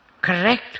correct